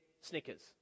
Snickers